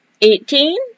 Eighteen